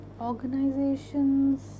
organizations